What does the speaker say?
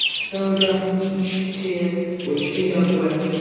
so doth each teare, which thee doth weare,